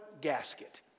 gasket